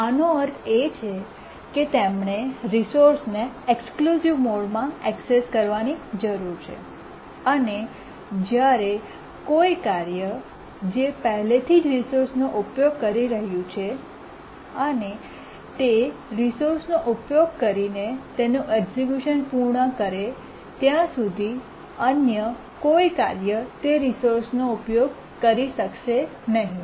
આનો અર્થ એ છે કે તેમણે રિસોર્સને એક્સક્લૂસિવ મોડમાં એક્સેસ કરવાની જરૂર છે અને જ્યારે કોઈ કાર્ય જે પહેલેથી જ રિસોર્સનો ઉપયોગ કરી રહ્યું છે અને તે રિસોર્સનો ઉપયોગ કરીને તેનું એક્સક્યૂશન પૂર્ણ કરે ત્યાં સુધી અન્ય કોઈ કાર્ય તે રિસોર્સ નો ઉપયોગ કરી શકશે નહીં